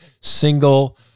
single